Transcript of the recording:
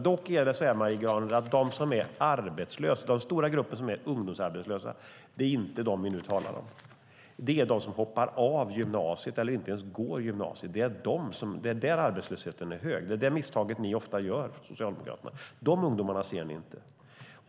Men den stora gruppen arbetslösa ungdomar, Marie Granlund, består inte av dem vi nu talar om, utan det är fråga om de som hoppar av gymnasiet eller inte ens går gymnasiet. Det är där arbetslösheten är hög. Socialdemokraterna gör ofta det misstaget. De ungdomarna ser ni inte.